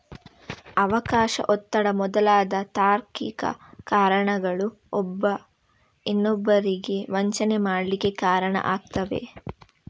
ಅವಕಾಶ, ಒತ್ತಡ ಮೊದಲಾದ ತಾರ್ಕಿಕ ಕಾರಣಗಳು ಒಬ್ಬ ಇನ್ನೊಬ್ಬರಿಗೆ ವಂಚನೆ ಮಾಡ್ಲಿಕ್ಕೆ ಕಾರಣ ಆಗ್ತವೆ